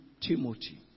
Timothy